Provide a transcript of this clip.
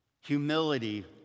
Humility